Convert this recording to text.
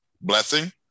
blessing